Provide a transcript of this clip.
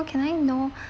can I know